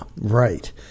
right